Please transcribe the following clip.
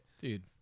Dude